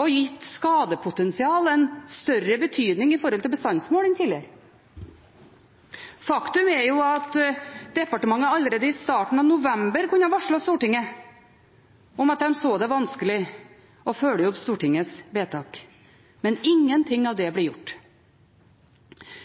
og gitt skadepotensial en større betydning i forhold til bestandsmål enn tidligere. Faktum er at departementet allerede i starten av november kunne varslet Stortinget om at de så det vanskelig å følge opp Stortingets vedtak. Men ingenting av det ble gjort.